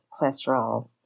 cholesterol